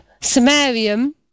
samarium